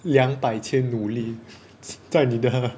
两百千奴隶在你的